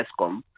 ESCOM